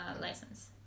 license